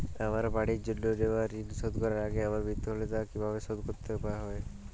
আমার বাড়ির জন্য নেওয়া ঋণ শোধ করার আগে আমার মৃত্যু হলে তা কে কিভাবে শোধ করবে?